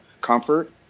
comfort